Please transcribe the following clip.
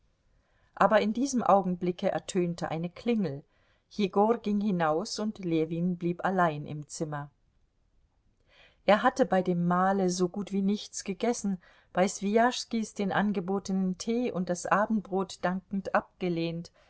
aber in diesem augenblicke ertönte eine klingel jegor ging hinaus und ljewin blieb allein im zimmer er hatte bei dem mahle so gut wie nichts gegessen bei swijaschskis den angebotenen tee und das abendbrot dankend abgelehnt